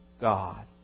god